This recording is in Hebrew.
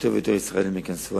שיותר ויותר ישראלים ייכנסו.